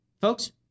folks